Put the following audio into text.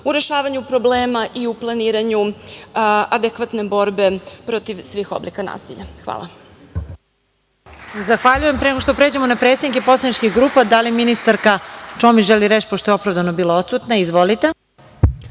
u rešavanju problema i u planiranju adekvatne borbe protiv svih ovih oblika nasilja. Hvala.